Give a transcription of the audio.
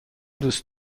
دوست